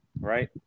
right